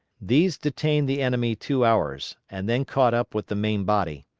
these detained the enemy two hours, and then caught up with the main body.